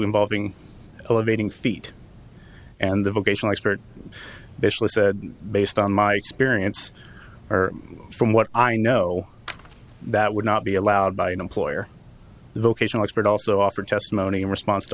involving elevating feet and the vocational expert basically said based on my experience or from what i know that would not be allowed by an employer vocational expert also offered testimony in response to